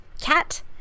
Cat